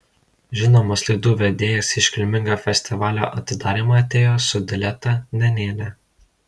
žinomas laidų vedėjas į iškilmingą festivalio atidarymą atėjo su dileta nenėne